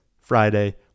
Friday